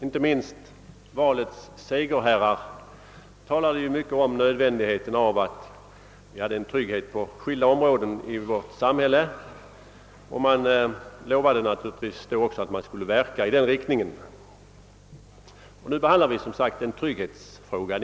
Inte minst valets segerherrar talademycket om nödvändigheten av att vi. hade trygghet på skilda områden i vårt samhälle, och man lovade också att verka i den riktningen. Nu behandlar vi en elementär trygghetsfråga.